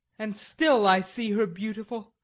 and still i see her beautiful.